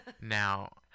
now